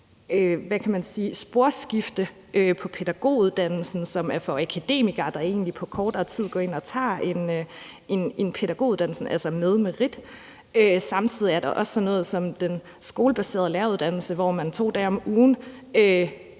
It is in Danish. sporskifte på pædagoguddannelsen, som er for akademikere, der egentlig på kortere tid går ind og tager en pædagoguddannelse, altså med merit. Samtidig er der også sådan noget som den skolebaserede uddannelse, hvor man 2 dage om ugen